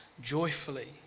joyfully